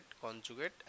conjugate